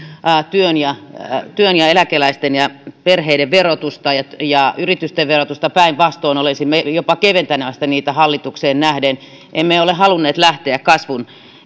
työn eläkeläisten ja perheiden verotusta ja ja yritysten verotusta päinvastoin olisimme jopa keventämässä niitä hallitukseen nähden emme ole halunneet lähteä kasvun